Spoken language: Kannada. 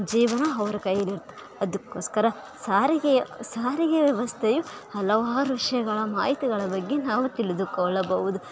ಜೀವನ ಅವರ ಕೈಯಲಿರುತ್ತೆ ಅದಕ್ಕೋಸ್ಕರ ಸಾರಿಗೆಯ ಸಾರಿಗೆ ವ್ಯವಸ್ಥೆಯು ಹಲವಾರು ವಿಷಯಗಳ ಮಾಹಿತಿಗಳ ಬಗ್ಗೆ ನಾವು ತಿಳಿದುಕೊಳ್ಳಬಹುದು